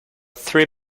three